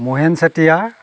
Mahen Chetia